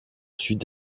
sud